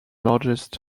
largest